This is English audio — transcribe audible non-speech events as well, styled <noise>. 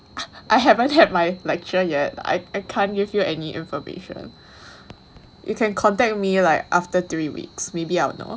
<laughs> I haven't had my lecture yet I I can't give you any information <breath> you can contact me like after three weeks maybe I will know